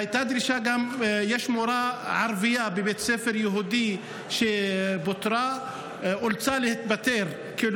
יש מורה ערבייה בבית ספר יהודי שאולצה להתפטר על